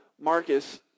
Marcus